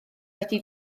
wedi